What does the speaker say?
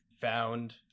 found